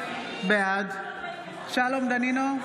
בעד שלום דנינו,